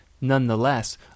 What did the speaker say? Nonetheless